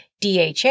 DHA